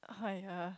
!aiya!